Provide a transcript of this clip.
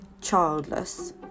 childless